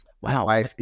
Wow